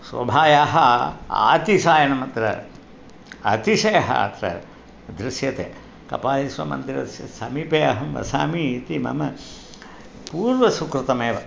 शोभायाः आतिशायनमत्र अतिशयः अत्र दृश्यते कपालीश्वरमन्दिरस्य समीपे अहं वसामि इति मम पूर्वसुकृतमेव